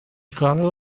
chwarae